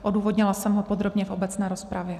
Odůvodnila jsem ho podrobně v obecné rozpravě.